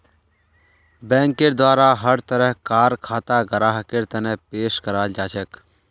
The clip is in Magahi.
बैंकेर द्वारा हर तरह कार खाता ग्राहकेर तने पेश कराल जाछेक